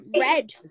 red